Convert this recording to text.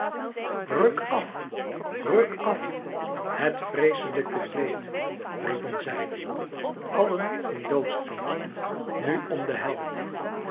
àf ruk àf het vreeslijke kleed riepen zij allen in doodsangst nu om den held